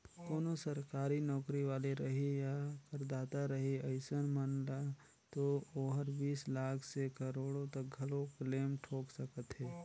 कोनो सरकारी नौकरी वाले रही या करदाता रही अइसन मन ल तो ओहर बीस लाख से करोड़ो तक घलो क्लेम ठोक सकत हे